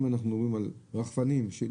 אתם לא